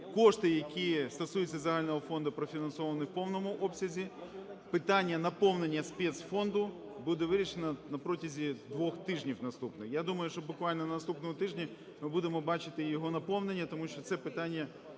Кошти, які стосуються загального фонду, профінансовані в повному обсязі. Питання наповнення спецфонду буде вирішено на протязі двох тижнів наступних. Я думаю, що буквально на наступному тижні ми будемо бачити його наповнення, тому що це питання